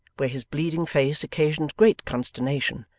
where his bleeding face occasioned great consternation,